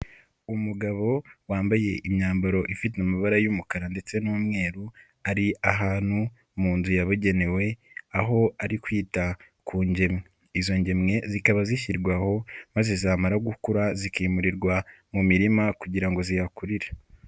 Umugabo wambaye imyambaro ifite amabara y'umukara ndetse n'umweru ari ahantu mu nzu yabugenewe. Aho ari kwita ku ngemwe, izo ngemwe zikaba zishyirwaho maze zamara gukura zikimurirwa mu mirima kugira ngo ziyakurire.